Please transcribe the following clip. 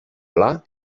pla